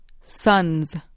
sons